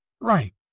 Right